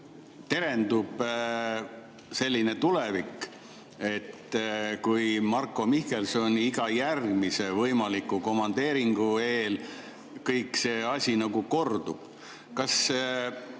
terendub selline tulevik, et Marko Mihkelsoni iga järgmise võimaliku komandeeringu eel kõik see asi kordub, siis